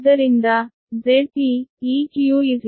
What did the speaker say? ಆದ್ದರಿಂದ Zpeq1